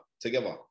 together